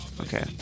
Okay